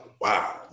wow